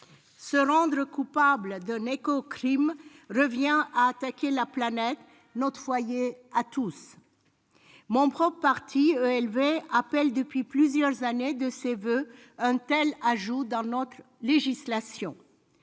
Se rendre coupable d'un écocrime revient à attaquer la planète, notre foyer à tous. Mon propre parti, Europe Écologie Les Verts, EELV, appelle depuis plusieurs années de ses voeux un tel ajout dans notre législation.